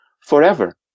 forever